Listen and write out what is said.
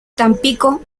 tampico